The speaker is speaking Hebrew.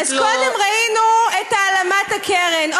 אז קודם ראינו את העלמת הקרן,